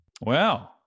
Wow